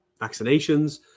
vaccinations